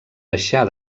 deixar